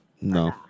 No